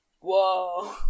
whoa